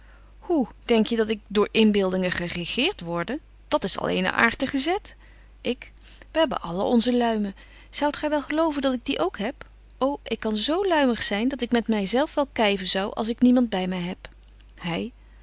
hoe denk je dat ik door inbeeldingen geregeert worde dat is al eene aartige zet ik wy hebben allen onze luimen zoudt gy wel geloven dat ik die ook heb ô ik kan zo luimig zyn dat ik met my zelf wel kyven zou als ik niemand by my heb hy